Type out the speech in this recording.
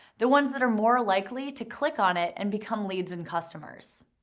the ones that are more likely to click on it and become leads and customers.